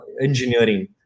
engineering